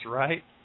right